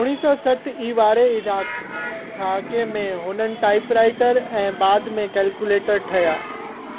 उणिवीह सौ सठि ई वारे इराक़ ॾहाके में हुननि टाइपराइटर ऐं बाद में कैलकुलेटर ठहिया